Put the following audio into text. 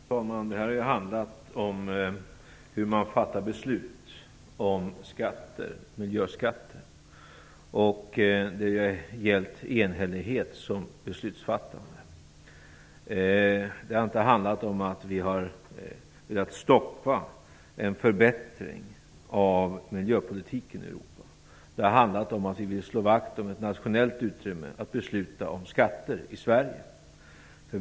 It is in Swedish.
Fru talman! Det här har handlat om hur man fattar beslut om miljöskatter. Det är ju enhällighet som har gällt för beslutsfattande. Det har inte handlat om att vi har velat stoppa en förbättring av miljöpolitiken i Europa. Det har handlat om att vi vill slå vakt om ett nationellt utrymme för att besluta om skatter i Sverige.